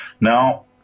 Now